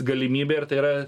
galimybė ir tai yra